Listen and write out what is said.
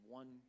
one